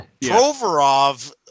Provorov